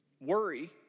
Worry